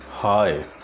Hi